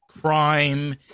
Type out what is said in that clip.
crime